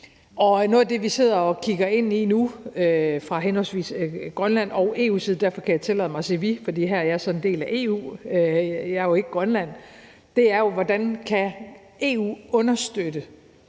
Noget af det, vi sidder og kigger ind i nu fra henholdsvis Grønlands og EU's side – derfor kan jeg tillade mig at sige vi, for her er jeg så en del af EU; jeg er jo ikke Grønland – er, hvordan EU kan understøtte